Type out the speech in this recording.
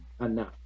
enough